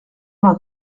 vingt